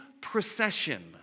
procession